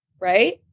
right